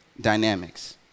dynamics